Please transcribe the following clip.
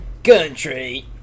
Country